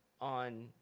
on